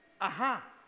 Aha